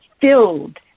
filled